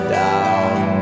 down